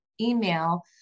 email